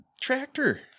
tractor